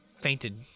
fainted